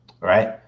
right